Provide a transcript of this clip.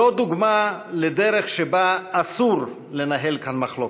זו דוגמה לדרך שבה אסור לנהל כאן מחלוקת.